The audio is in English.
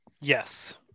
yes